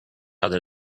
other